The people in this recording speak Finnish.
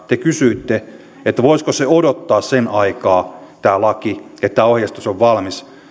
te kysyitte voisiko se odottaa sen aikaa tämä laki että tämä ohjeistus on valmis